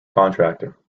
contractor